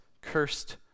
cursed